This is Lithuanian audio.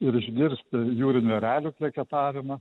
ir išgirst jūrinių erelių kleketavimą